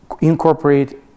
incorporate